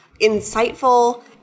insightful